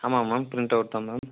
ஆமாம் ma'am print அவுட்தான் ma'am